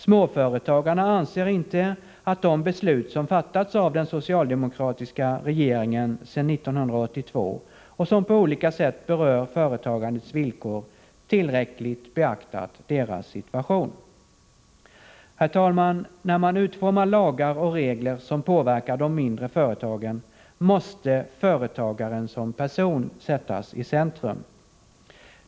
Småföretagarna anser inte att de beslut som fattats av den socialdemokratiska regeringen sedan 1982 och som på olika sätt berör företagandets villkor tillräckligt beaktat deras situation. Herr talman! När man utformar lagar och regler som påverkar de mindre företagen måste företagaren som person sättas i centrum.